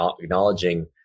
acknowledging